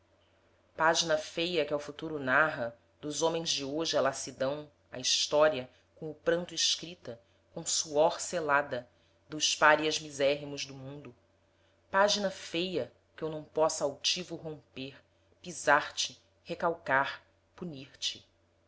página feia que ao futuro narra dos homens de hoje a lassidão a história com o pranto escrita com suor selada dos párias misérrimos do mundo página feia que eu não possa altivo romper pisar te recalcar punir te